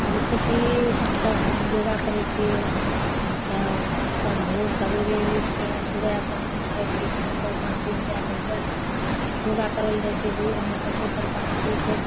जइसेकि हमसभ योगा करै छिए तऽ भोर सबेरे उठिके सुबह शाम उठिके फील्डमे कोइ परतीमे जाइ करिके योगा करल जाइ छै गोर हाथ जे तड़पात होइ छै